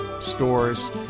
stores